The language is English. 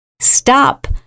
stop